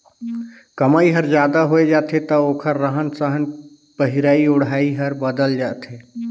कमई हर जादा होय जाथे त ओखर रहन सहन पहिराई ओढ़ाई हर बदलत जाथे